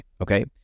Okay